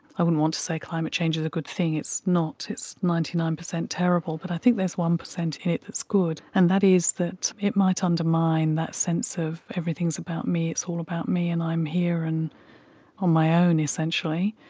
i wouldn't want to say climate change is a good thing, it's not, it's ninety nine percent terrible, but i think there's one percent of it that's good, and that is that it might undermine that sense of everything is about me, it's all about me and i'm here and on my own' essentially,